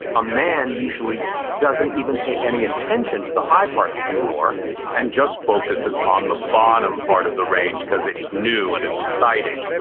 a man usually doesn't even pay any attention to the high parts anymore and just focuses on the bottom part of the range because it's new and it's exciting.